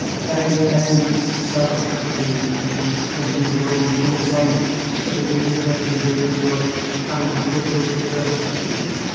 they banned the sale of cocaine over the chemist it went underground, and all of a sudden you've got illegal cocaine dealers who are cutting it with all sorts of terrible substances.